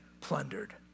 plundered